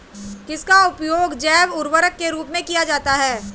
किसका उपयोग जैव उर्वरक के रूप में किया जाता है?